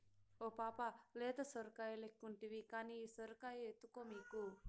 ఓ పాపా లేత సొరకాయలెక్కుంటివి కానీ ఈ సొరకాయ ఎత్తుకో మీకు